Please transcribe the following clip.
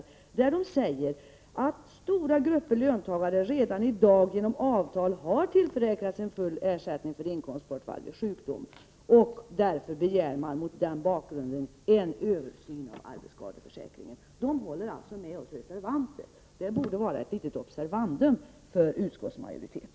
Motionärerna hävdar att stora grupper löntagare redan i dag genom avtal har tillförsäkrats en full ersättning för inkomstbortfall vid sjukdom. Mot den bakgrunden begär motionärerna en översyn av arbetsskadeförsäkringen. Motionärerna håller alltså med oss reservanter. Det borde vara ett litet observandum för utskottsmajoriteten.